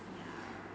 ya